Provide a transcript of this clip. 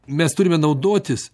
mes turime naudotis